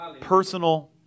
Personal